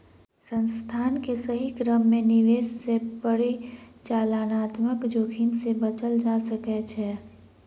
संस्थान के सही क्रम में निवेश सॅ परिचालनात्मक जोखिम से बचल जा सकै छै